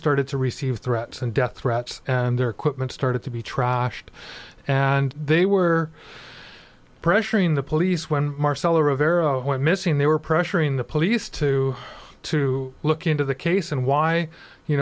started to receive threats and death threats and their equipment started to be trashed and they were pressuring the police when marcel rivera went missing they were pressuring the police to to look into the case and why you